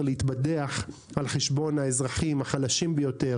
להתבדח על חשבון האזרחים החלשים ביותר.